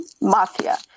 mafia